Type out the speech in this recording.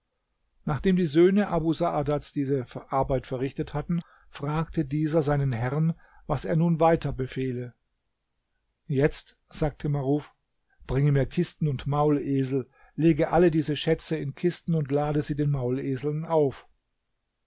nachdem die söhne abu saadats diese arbeit verrichtet hatten fragte dieser seinen herrn was er nun weiter befehle jetzt sagte maruf bringe mir kisten und maulesel lege alle diese schätze in kisten und lade sie den mauleseln auf